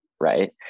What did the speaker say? Right